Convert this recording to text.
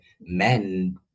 men